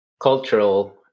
cultural